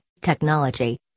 Technology